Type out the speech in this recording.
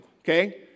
okay